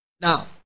Now